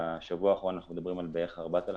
כשבשבוע האחרון אנחנו מדברים על בערך 4,000,